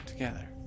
Together